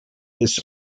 this